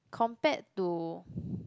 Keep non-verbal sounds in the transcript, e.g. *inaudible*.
compared to *breath*